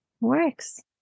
Works